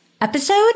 episode